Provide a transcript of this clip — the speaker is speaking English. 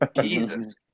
Jesus